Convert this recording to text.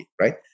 right